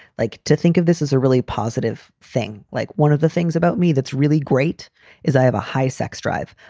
like to think of this as a really positive thing. like, one of the things about me that's really great is i have a high sex drive.